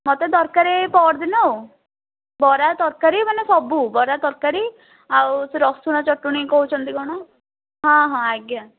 ମୋତେ ଦରକାର ଏଇ ପଅରଦିନ ଆଉ ବରା ତରକାରୀ ମାନେ ସବୁ ବରା ତରକାରୀ ଆଉ ରସୁଣ ଚଟଣୀ କହୁଛନ୍ତି କ'ଣ ହଁ ହଁ ଆଜ୍ଞା